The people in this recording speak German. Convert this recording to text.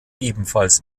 ebenfalls